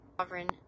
sovereign